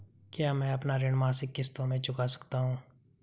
क्या मैं अपना ऋण मासिक किश्तों में चुका सकता हूँ?